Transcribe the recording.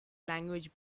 language